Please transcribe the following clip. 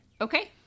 Okay